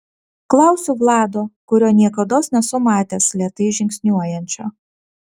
klausiu vlado kurio niekados nesu matęs lėtai žingsniuojančio